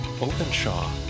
Openshaw